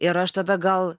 ir aš tada gal